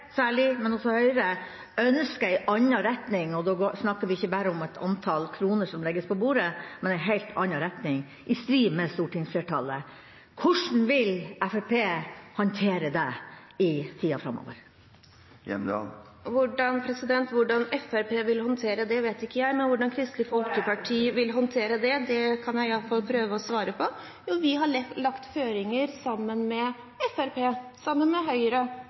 særlig Fremskrittspartiet, men også Høyre, ønsker en annen retning, og da snakker vi ikke bare om antall kroner som legges på bordet, men om en helt annen retning, i strid med stortingsflertallet. Hvordan vil Fremskrittspartiet håndtere det i tida framover? Hvordan Fremskrittspartiet vil håndtere det, vet ikke jeg, men hvordan Kristelig … Kristelig Folkeparti, unnskyld! Hvordan Kristelig Folkeparti vil håndtere det, kan jeg iallfall prøve å svare på. Vi har lagt føringer sammen med Fremskrittspartiet, sammen med Høyre,